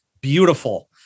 beautiful